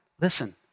Listen